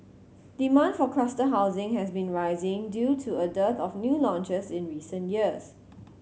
demand for cluster housing has been rising due to a dearth of new launches in recent years